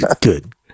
Good